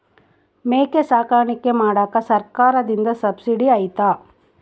ಮೇಕೆ ಸಾಕಾಣಿಕೆ ಮಾಡಾಕ ಸರ್ಕಾರದಿಂದ ಸಬ್ಸಿಡಿ ಐತಾ?